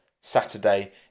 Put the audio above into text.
Saturday